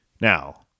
now